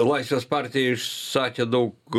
laisvės partija išsakė daug